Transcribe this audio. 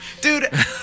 Dude